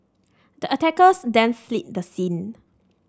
the attackers then fled the scene